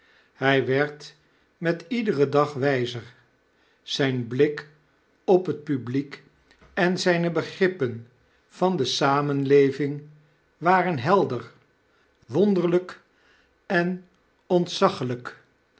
hy werd met iederen dag wyzer zyn blik op het publiek en zyne begrippen van de samenleving waren helder wonderlyk jabber in verlegenheid en ontzaglyk